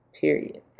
period